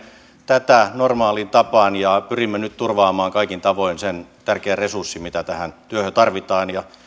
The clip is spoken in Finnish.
tätä normaaliin tapaan ja pyrimme nyt turvaamaan kaikin tavoin sen tärkeän resurssin mitä tähän työhön tarvitaan ja